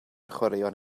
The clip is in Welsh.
chwaraeon